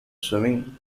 swimming